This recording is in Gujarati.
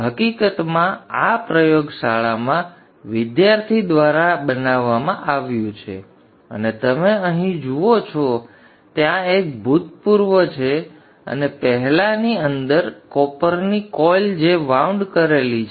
હકીકતમાં આ પ્રયોગશાળામાં વિદ્યાર્થી દ્વારા બનાવવામાં આવ્યું છે અને તમે અહીં જુઓ છો ત્યાં એક ભૂતપૂર્વ છે અને પહેલાની અંદર કોપરની કોઈલ ને વાઉંડ કરેલા છે